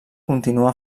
continua